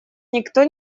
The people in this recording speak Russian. никто